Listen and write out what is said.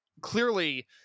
clearly